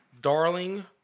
darling